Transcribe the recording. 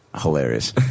Hilarious